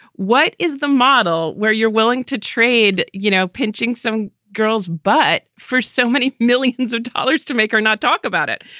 what is the model where you're willing to trade? you know, pinching some girls, but for so many millions of dollars to make or not talk about it?